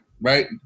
right